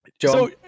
Joe